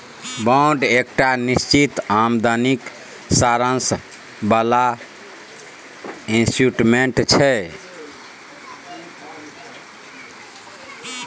bond एकटा निश्चित आमदनीक साधंश बला इंस्ट्रूमेंट छै